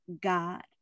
God